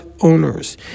owners